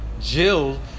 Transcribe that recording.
Jill